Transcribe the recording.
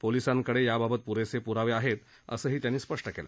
पोलिसांकडे याबाबत पुरेसे पुरावे आहेत असंही त्यांनी स्पष्ट केलं